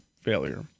failure